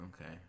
Okay